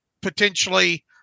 potentially